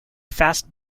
fast